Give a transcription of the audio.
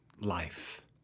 life